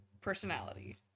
personality